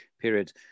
period